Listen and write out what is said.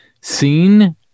seen